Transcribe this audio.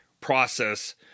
process